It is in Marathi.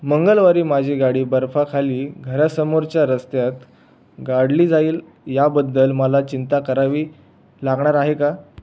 मंगळवारी माझी गाडी बर्फाखाली घरासमोरच्या रस्त्यात गाढली जाईल याबद्दल मला चिंता करावी लागणार आहे का